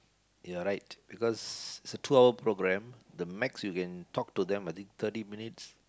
you're right because it's a tour program the max you can talk to them I think thirty minutes